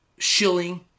shilling